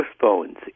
phones